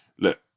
Look